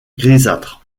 grisâtre